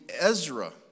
Ezra